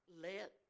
let